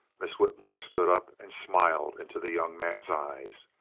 miss whitmore stood up and smiled into the young man's eyes,